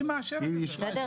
היא מאשרת.